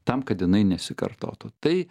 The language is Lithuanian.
tam kad jinai nesikartotų tai